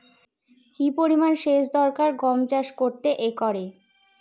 কি পরিমান সেচ দরকার গম চাষ করতে একরে?